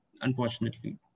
unfortunately